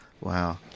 Wow